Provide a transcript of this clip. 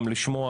גם לשמוע,